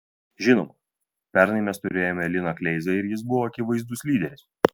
žinoma pernai mes turėjome liną kleizą ir jis buvo akivaizdus lyderis